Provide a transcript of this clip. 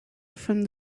from